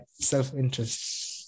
self-interest